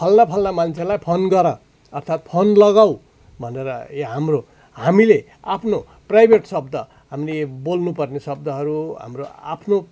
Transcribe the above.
फलना फलना मान्छेलाई फोन गर अर्थात् फोन लगाउ भनेर या हाम्रो हामीले आफ्नो प्राइभेट शब्द हामीले बोल्नु पर्ने शब्दहरू हाम्रो आफ्नो